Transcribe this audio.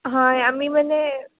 হয় আমি মানে